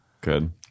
good